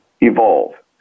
evolve